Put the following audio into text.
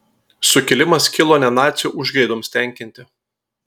sukilimas kilo ne nacių užgaidoms tenkinti